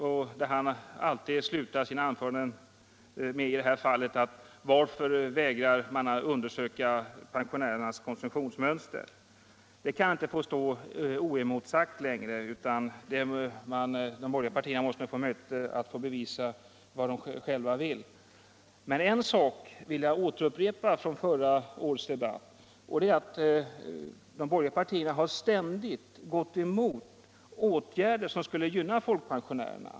Centerns partiledare slutar alltid sina anföranden med att säga: ”Varför vägrar man att undersöka pensionärernas konsumtionsmönster?” Det kan inte längre få stå oemotsagt, utan de borgerliga måste själva få bevisa vad de vill. Men en sak vill jag upprepa från förra årets debatt, nämligen att de borgerliga partierna ständigt har gått emot åtgärder som skulle gynna folkpensionärerna.